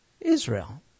Israel